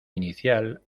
inicial